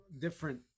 different